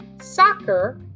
soccer